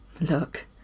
Look